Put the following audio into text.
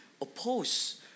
oppose